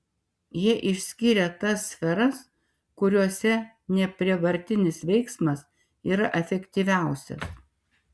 jie išskyrė tas sferas kuriose neprievartinis veiksmas yra efektyviausias